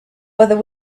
whether